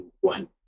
one